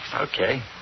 Okay